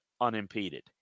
unimpeded